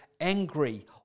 angry